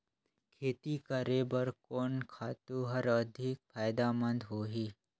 खेती करे बर कोन खातु हर अधिक फायदामंद होही?